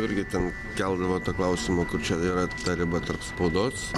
irgi ten keldavo klausimą kur čia yra ta riba tarp spaudos